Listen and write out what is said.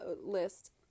list